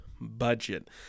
budget